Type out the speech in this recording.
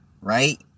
right